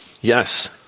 Yes